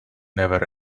never